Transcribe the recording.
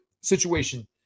situation